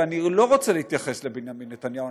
ואני לא רוצה להתייחס לבנימין נתניהו.